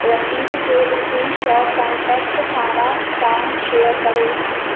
रसीद जो screenshot contact सारा सां शेयर करियो